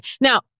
Now